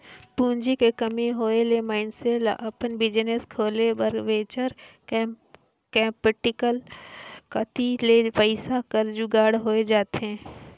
पूंजी के कमी होय ले मइनसे ल अपन बिजनेस खोले बर वेंचर कैपिटल कती ले पइसा कर जुगाड़ होए जाथे